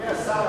אדוני השר,